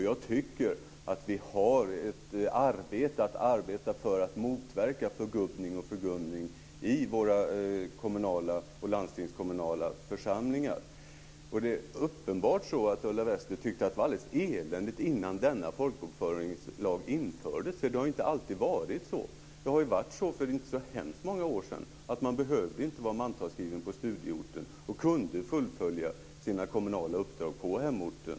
Jag tycker att vi borde ha som uppgift att arbeta för att motverka förgubbning och förgumning i de kommunala och landstingskommunala församlingarna. Det är uppenbart att Ulla Wester tycker att det var eländigt innan denna folkbokföringslag infördes. För inte så hemskt många år sedan behövde man inte vara mantalsskriven på studieorten, och därmed kunde man fullfölja sina kommunala uppdrag på hemorten.